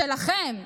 שלכם,